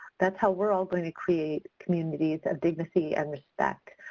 that's how we're all going to create communities of dignity and respect.